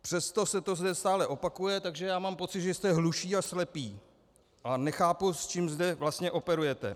Přesto se to zde stále opakuje, takže já mám pocit, že jste hluší a slepí, a nechápu, s čím zde vlastně operujete.